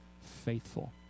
faithful